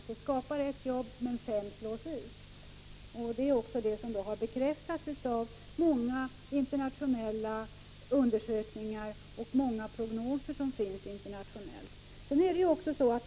Den skapar ett jobb, men fem slås ut. Det her bekräftats av många internationella undersökningar och prognoser.